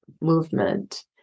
Movement